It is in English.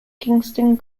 kingston